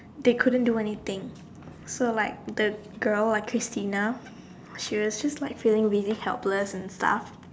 they couldn't do anything so like the girl called Christina she was feeling quite helpless and stuff